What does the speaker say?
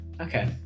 Okay